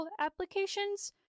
applications